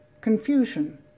confusion